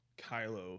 Kylo